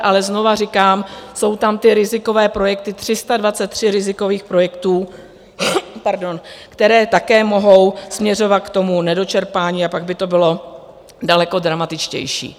Ale znovu říkám, jsou tam ty rizikové projekty, 323 rizikových projektů, které také mohou směřovat k tomu nedočerpání, a pak by to bylo daleko dramatičtější.